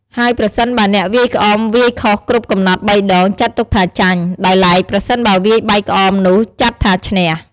ហើយប្រសិនបើអ្នកវាយក្អមវាយខុសគ្រប់កំណត់បីដងចាត់ទុកថាចាញ់ ដោយឡែកប្រសិនបើវាយបែកក្អមនោះចាត់ថាឈ្នះ។